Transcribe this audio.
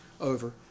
over